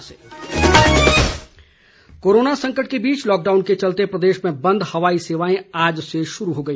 उड़ान कोरोना संकट के बीच लॉकडाउन के चलते प्रदेश में बंद हवाई सेवाएं आज से शुरू हो गई